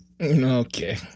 Okay